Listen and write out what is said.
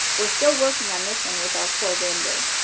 we're still working on this one with our core vendor.